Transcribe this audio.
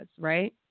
right